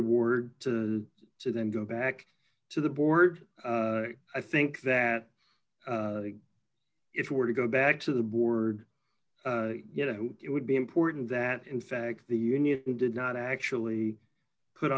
award to then go back to the board i think that if you were to go back to the board you know it would be important that in fact the union did not actually put